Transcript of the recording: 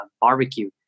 barbecue